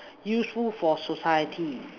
useful for society